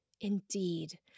Indeed